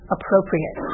appropriate